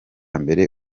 mbere